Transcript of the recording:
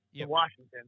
Washington